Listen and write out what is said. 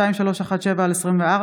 פ/2317/24,